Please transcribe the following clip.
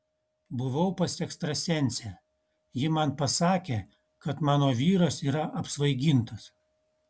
buvau pas ekstrasensę ji man pasakė kad mano vyras yra apsvaigintas